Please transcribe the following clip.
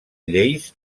lleis